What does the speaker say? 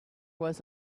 was